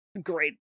great